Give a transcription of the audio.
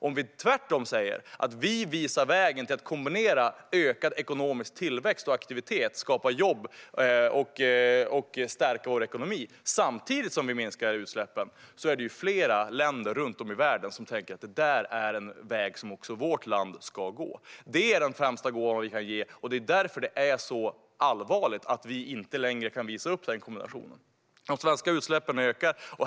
Om vi tvärtom säger att vi visar vägen till att kombinera ökad ekonomisk tillväxt och aktivitet, att skapa jobb och stärka vår ekonomi, samtidigt som vi minskar utsläppen är det flera länder runt om i världen som tänker: Det är en väg som också vårt land ska gå. Det är den främsta gåvan vi kan ge. Det är därför det är så allvarligt att vi inte längre kan visa upp den kombinationen. De svenska utsläppen ökar.